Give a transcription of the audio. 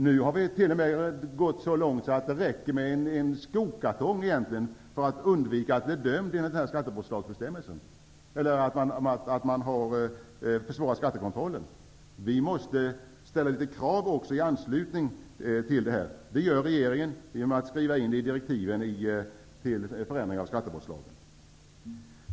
Det har t.o.m. gått så långt att det räcker med att man har förvarat sina handlingar i en skokartong för att man skall undgå att bli dömd för att ha försvårat skattekontrollen. Vi måste ställa krav på detta område. Det gör regeringen genom att skriva in detta i direktiven till förändring av skattebrottslagen.